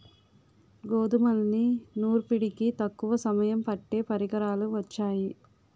గోధుమల్ని నూర్పిడికి తక్కువ సమయం పట్టే పరికరాలు వొచ్చాయి